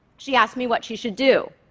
she asked me what she should do.